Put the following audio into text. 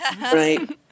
right